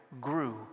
grew